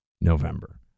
November